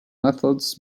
methods